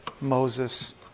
Moses